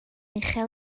uchel